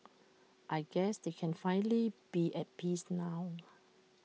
I guess they can finally be at peace now